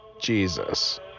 Jesus